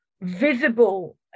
visible